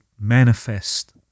manifest